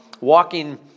Walking